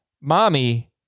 Mommy